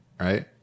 right